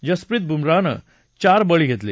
जसप्रित बुमराहनं चार बळी घेतले